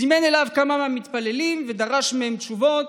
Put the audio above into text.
זימן אליו כמה מהמתפללים ודרש מהם תשובות: